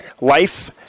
Life